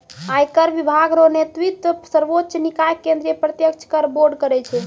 आयकर विभाग रो नेतृत्व सर्वोच्च निकाय केंद्रीय प्रत्यक्ष कर बोर्ड करै छै